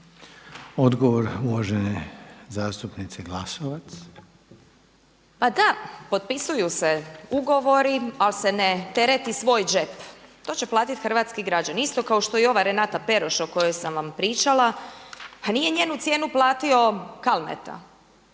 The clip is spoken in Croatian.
**Glasovac, Sabina (SDP)** Pa da, potpisuju se ugovori, ali se ne tereti svoj džep. To će platiti hrvatski građani, isto kao što i ova Renata Peroš o kojoj sam vam pričala. Pa nije njenu cijenu platio Kalmeta,